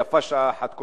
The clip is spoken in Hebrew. ויפה שעה אחת קודם.